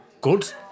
good